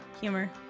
humor